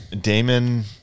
Damon